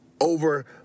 over